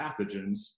pathogens